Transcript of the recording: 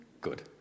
good